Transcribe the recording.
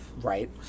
right